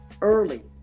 early